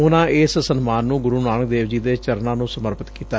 ਉਨੂਂ ਇਸ ਸਨਮਾਨ ਨੂੰ ਗੁਰੁ ਨਾਨਕ ਦੇਵ ਜੀ ਦੇ ਚਰਨਾਂ ਨੂੰ ਸਮਰਪਿਤ ਕੀਤਾ